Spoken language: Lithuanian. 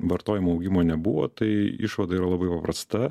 vartojimo augimo nebuvo tai išvada yra labai paprasta